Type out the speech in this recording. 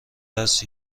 است